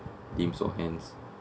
limbs or hands